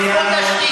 סיימנו.